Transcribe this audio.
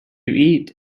eat